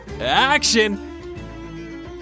action